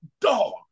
dog